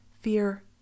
fear